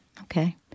Okay